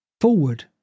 forward